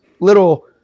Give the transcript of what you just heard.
little